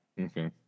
okay